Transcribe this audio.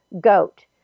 goat